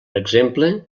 exemple